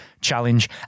challenge